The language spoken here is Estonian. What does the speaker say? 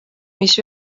mis